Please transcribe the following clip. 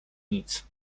nic